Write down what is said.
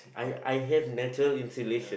I I have natural insulation